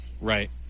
Right